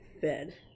fed